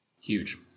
Huge